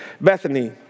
Bethany